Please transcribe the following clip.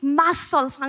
muscles